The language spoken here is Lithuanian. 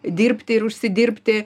dirbti ir užsidirbti